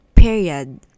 period